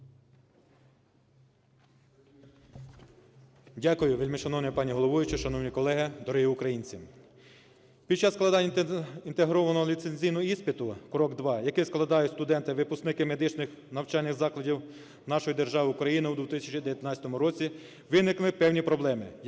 Дякую. Вельмишановна пані головуюча, шановні колеги, дорогі українці! Під час складення інтегрованого ліцензійного іспиту "Крок-2", який складають студенти-випускники медичних навчальних закладів нашої держави Україна у 2019 році, виникли певні проблеми,